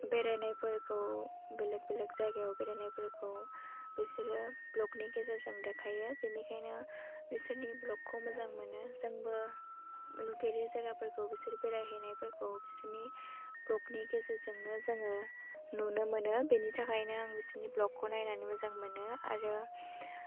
बेरायनायफोरखौ बेलेक बेलेक जायगायाव बेरायनायफोरखौ बिसोरो ब्ल'गनि गेजेरजों देखायो बेनिखायनो बिसोरनि ब्ल'गखौ मोजां मोनो जोंबो नुफेरै जायगाफोरखौ बिसोर बेरायहैनायफोरखौ बिसिनि ब्ल'गनि गेजेरजोंनो जोङो नुनो मोनो बेनि थाखायनो आं बिसिनि ब्ल'गखौ नायनानै मोजां मोनो आरो